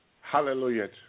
Hallelujah